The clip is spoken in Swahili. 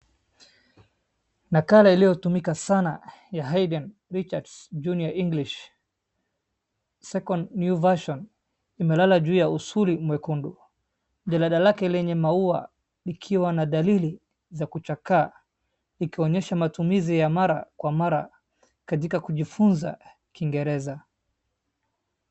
Nakala iliyotumika sana ya Haydn Richards Junior English second new version imelala juu ya usuli mwekundu. Jalada lake lenye maua ikiwa na dalili za kuchakaa ikionyesha matumizi ya mara kwa mara katika kujifunza kingereza.